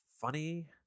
funny